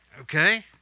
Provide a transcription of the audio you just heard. okay